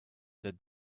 that